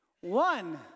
One